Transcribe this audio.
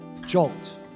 jolt